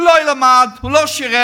הוא לא למד, הוא לא שירת,